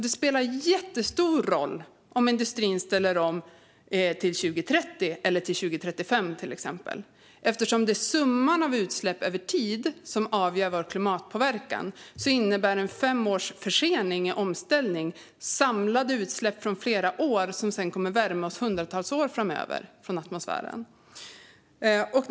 Det spelar jättestor roll om industrin ställer om till 2030 eller om den ställer om till 2035, till exempel. Eftersom det är summan av utsläpp över tid som avgör vår klimatpåverkan innebär en femårig försening av omställningen samlade utsläpp i atmosfären från flera år som sedan kommer att värma upp jorden i hundratals år.